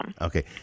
Okay